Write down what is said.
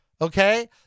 okay